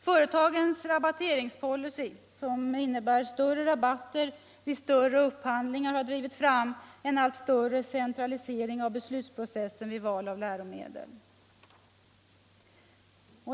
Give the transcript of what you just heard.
Företagens rabatteringspolicy, som innebär större rabatter vid större upphandlingar, har drivit fram en allt större centralisering av beslutsprocessen 171 vid val av läromedel.